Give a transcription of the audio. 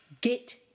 get